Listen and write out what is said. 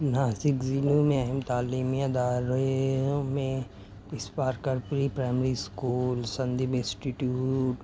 ناسک ضلعوں میں اہم تعلیمی اداروں میں اسپار کارپری پرائمری اسکول سندیپ انسٹیٹیوٹ